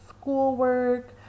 schoolwork